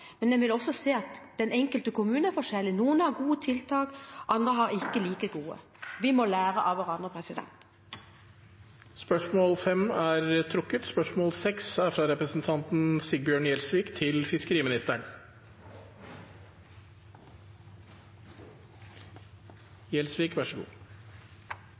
men det er forskjell på kommuner; noen har gode tiltak, andre har ikke like gode. Vi må lære av hverandre. Dette spørsmålet er trukket. «Norges forhold til Storbritannia på fiskeriområdet er